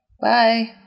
Bye